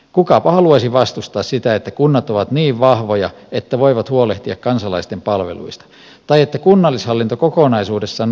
kukapa haluaisi vastustaa sitä että kunnat ovat niin vahvoja että voivat huolehtia kansalaisten palveluista tai että kunnallishallinto kokonaisuudessaan on elinvoimainen